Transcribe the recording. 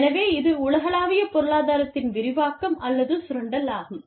எனவே இது உலகளாவிய பொருளாதாரத்தின் விரிவாக்கம் அல்லது சுரண்டல் ஆகும்